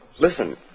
Listen